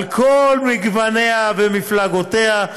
על כל גווניה ומפלגותיה,